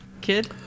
kid